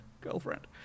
girlfriend